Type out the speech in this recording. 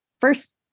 first